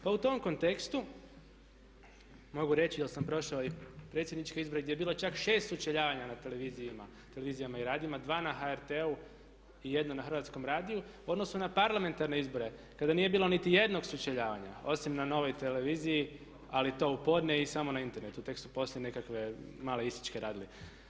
Pa u tom kontekstu mogu reći jer sam prošao i predsjedničke izbore gdje je bilo čak 6 sučeljavanja na televizijama i radijima, dva na HRT-u i jedno na Hrvatskom radiju u odnosu na parlamentarne izbore kada nije bilo nitijednog sučeljavanja osim na Novoj tv ali to u podne i samo na internetu, tek su poslije nekakve male isječke radili.